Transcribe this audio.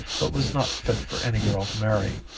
but was not fit for any girl to marry.